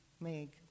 make